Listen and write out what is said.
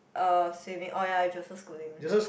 um swimming oh ya Joseph Schooling